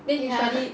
ya